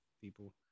people